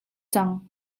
cang